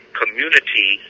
community